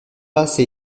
assez